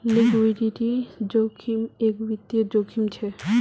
liquidity जोखिम एक वित्तिय जोखिम छे